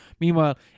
Meanwhile